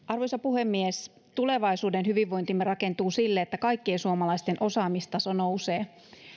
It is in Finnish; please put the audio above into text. arvoisa puhemies tulevaisuuden hyvinvointimme rakentuu sille että kaikkien suomalaisten osaamistaso nousee